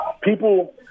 People